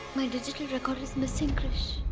digital recorder is missing,